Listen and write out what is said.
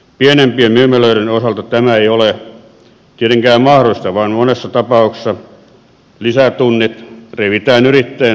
pienempien myymälöiden osalta tämä ei ole tietenkään mahdollista vaan monessa tapauksessa lisätunnit revitään yrittäjän selkänahasta